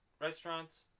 restaurants